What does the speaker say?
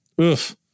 Oof